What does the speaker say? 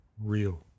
real